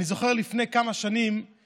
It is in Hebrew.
אני זוכר שלפני כמה שנים,